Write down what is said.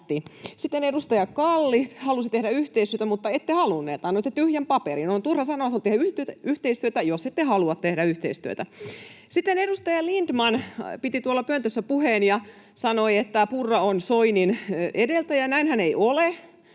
edustaja Kalli halusi tehdä yhteistyötä. Mutta te ette halunneet: annoitte tyhjän paperin. On turha sanoa, että tehdään yhteistyötä, jos ette halua tehdä yhteistyötä. Sitten edustaja Lindtman piti tuolla pöntössä puheen ja sanoi, että Soini on Purran edeltäjä. Näinhän ei ole,